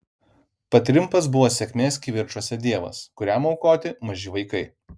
patrimpas buvo sėkmės kivirčuose dievas kuriam aukoti maži vaikai